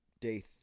Day